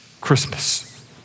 Christmas